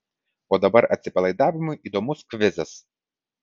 o dabar atsipalaidavimui įdomus kvizas